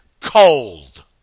cold